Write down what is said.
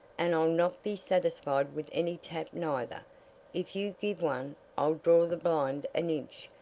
and i'll not be satisfied with any tap, neither. if you give one, i'll draw the blind an inch,